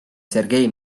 sergei